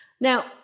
Now